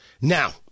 now